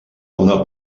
una